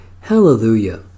Hallelujah